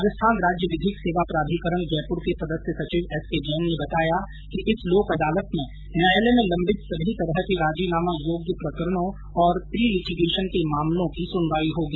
राजस्थान राज्य विधिक सेवा प्राधिकरण जयपुर के सदस्य सचिव एस के जैन ने बताया कि इस लोक अदालत में न्यायालय में लम्बित सभी तरह के राजीनामा योग्य प्रकरणों और प्रीलिटीगेशन के मामलों की सुनवाई होगी